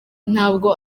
ntabwo